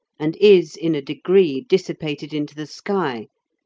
and is in a degree dissipated into the sky,